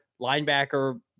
linebacker